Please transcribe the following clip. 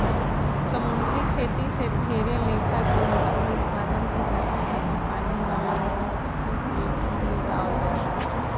समुंद्री खेती से ढेरे लेखा के मछली उत्पादन के साथे साथे पानी वाला वनस्पति के भी उगावल जाला